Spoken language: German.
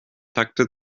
takte